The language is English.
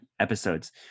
episodes